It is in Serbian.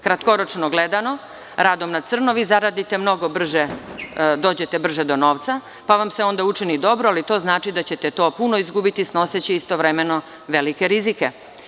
Kratkoročno gledano, radom na crno vi zaradite mnogo brže, dođete mnogo brže do novca, pa vam se onda učini dobro, ali to znači da ćete to puno izgubiti, snoseći istovremeno velike rizike.